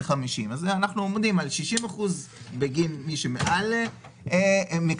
50. אנחנו עומדים על 60% בגין מי שמקבל קצבה,